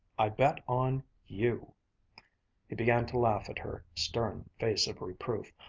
i bet on you he began to laugh at her stern face of reproof.